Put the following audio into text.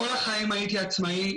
כל החיים הייתי עצמאי,